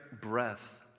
breath